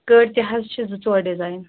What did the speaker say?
کٔرۍ تہِ حظ چھِ زٕ ژور ڈیزاین